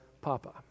Papa